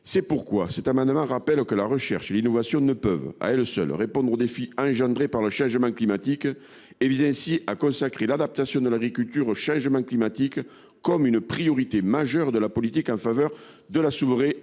C’est pourquoi cet amendement tend à rappeler que la recherche et l’innovation ne peuvent, à elles seules, répondre aux défis engendrés par le changement climatique. Il vise ainsi à consacrer l’adaptation de l’agriculture au changement climatique comme une priorité majeure de la politique en faveur de la souveraineté